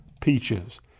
Peaches